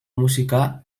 musika